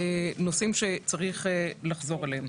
נושאים שצריך לחזור אליהם.